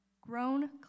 grown